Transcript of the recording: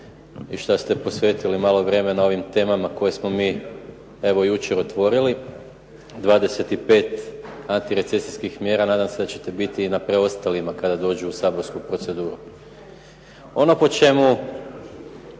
i što ste posvetili malo vremena ovim temama koje smo mi evo jučer otvorili, 25 antirecesijskih mjera, nadam se da ćete biti i na preostalima kada dođu u saborsku proceduru. Ono po čemu